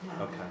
Okay